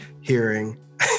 hearing